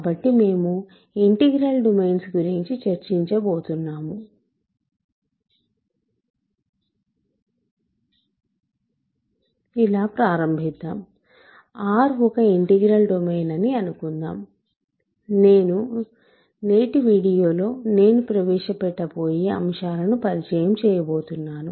కాబట్టి మేము integral domains గురించి చర్చించబోతున్నాము ఇలా ప్రారంభిద్దాం R ఒక ఇంటిగ్రల్ డొమైన్అని అనుకుందాం నేటి వీడియోలో నేను ప్రవేశపెట్టబోయే అంశాలను పరిచయం చేయబోతున్నాను